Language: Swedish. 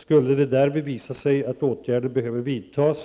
Skulle det därvid visa sig att åtgärder behöver vidtas